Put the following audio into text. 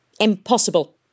Impossible